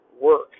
work